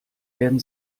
werden